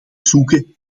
zoeken